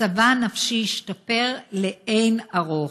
מצבה הנפשי השתפר לאין ערוך.